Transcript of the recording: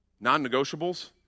non-negotiables